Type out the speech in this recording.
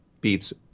beats